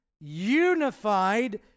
unified